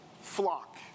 flock